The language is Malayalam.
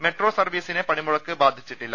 മെട്രോ സർവീസിനെ പണിമുടക്ക് ബാധിച്ചിട്ടില്ല